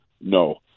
No